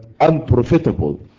unprofitable